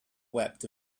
wept